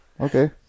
Okay